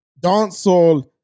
dancehall